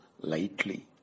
lightly